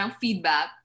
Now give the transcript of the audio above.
feedback